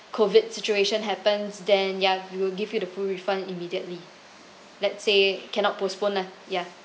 COVID situation happens then ya we will give you the full refund immediately let's say cannot postpone lah ya